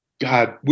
God